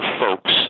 folks